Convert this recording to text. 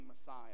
Messiah